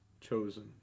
Chosen